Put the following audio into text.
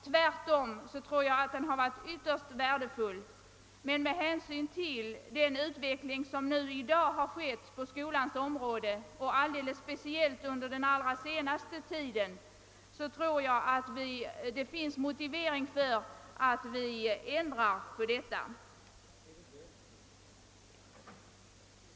Tvärtom anser jag att den har varit ytterst värdefull, men med hänsyn till den utveckling som skett till i dag på skolans område och alldeles speciellt under den allra senaste tiden finns det motivering för att vi ändrar på detta.